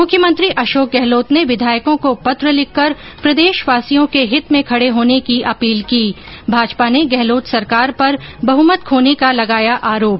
मुख्यमंत्री अशोक गहलोत ने विधायकों को पत्र लिखकर प्रदेशवासियों के हित में खड़े होने की अपील की भाजपा ने गहलोत सरकार पर बहुमत खोने का लगाया आरोप